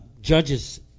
judges